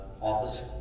Office